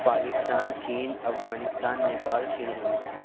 پاکستان چین افغانستان نیپال سری لنکا